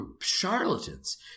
charlatans